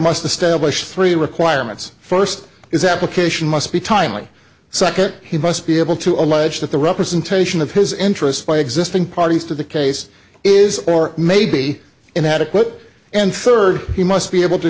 must establish three requirements first is application must be timely circuit he must be able to allege that the representation of his interests by existing parties to the case is or maybe inadequate and third he must be able to